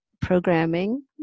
programming